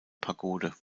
pagode